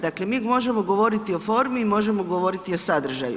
Dakle mi možemo govoriti o formi, možemo govoriti o sadržaju.